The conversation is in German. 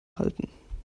halten